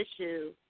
issue